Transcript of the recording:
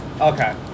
Okay